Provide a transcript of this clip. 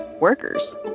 workers